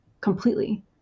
completely